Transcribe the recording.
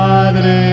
Padre